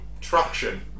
traction